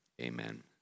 Amen